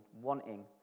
wanting